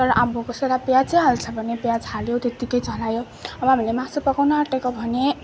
तर अब कसैले प्याजै हाल्छ भने प्याज हाल्यो त्यत्तिकै चलायो र मासु पकाउनु आँटेको भने